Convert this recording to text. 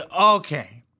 Okay